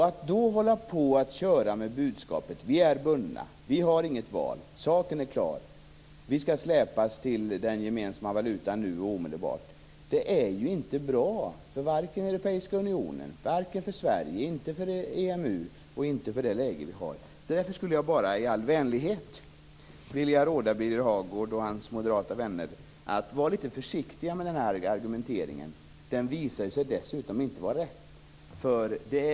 Att då köra med budskapet om att vi är bundna, att vi inte har något val, att saken är klar, att vi skall släpas till den gemensamma valutan omedelbart, är inte bra för vare sig den europeiska unionen, Sverige, EMU eller det läge vi har. Därför skulle jag bara i all vänlighet vilja råda Birger Hagård och hans moderata vänner att vara litet försiktiga med den här argumenteringen. Den visar sig dessutom inte vara riktig.